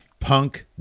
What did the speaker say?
Punk